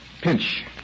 pinch